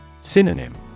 Synonym